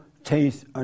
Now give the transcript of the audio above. taste